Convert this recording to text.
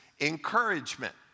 encouragement